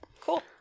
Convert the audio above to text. cool